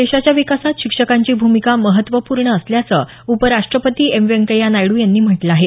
देशाच्या विकासात शिक्षकांची भूमिका महत्त्वपूर्ण असल्याचं उपराष्ट्रपती एम व्यंकय्या नायडू यांनी म्हटलं आहे